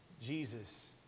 Jesus